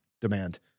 demand